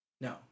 No